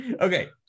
Okay